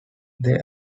they